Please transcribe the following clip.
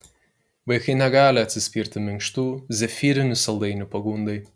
vaikai negali atsispirti minkštų zefyrinių saldainių pagundai